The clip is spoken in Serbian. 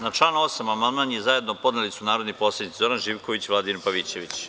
Na član 8. amandman su zajedno podneli narodni poslanici Zoran Živković i Vladimir Pavićević.